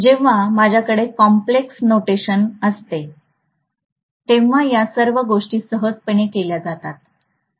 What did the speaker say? जेव्हा आमच्याकडे complex notation असते तेव्हा या सर्व गोष्टी सहजपणे केल्या जातात